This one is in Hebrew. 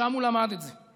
שם הוא למד את זה.